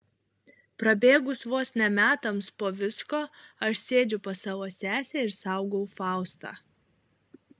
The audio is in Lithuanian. prabėgus vos ne metams po visko aš sėdžiu pas savo sesę ir saugau faustą